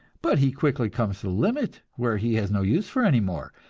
but he quickly comes to a limit where he has no use for any more,